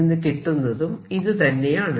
യിൽ നിന്ന് കിട്ടുന്നതും ഇത് തന്നെയാണ്